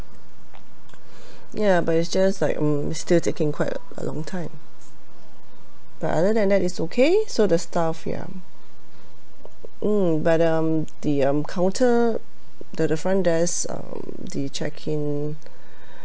ya but it's just hmm it still taking quite a long time but other than that it's okay so the staff ya mm but um the um counter the the front desk um the check in